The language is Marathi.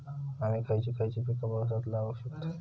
आम्ही खयची खयची पीका पावसात लावक शकतु?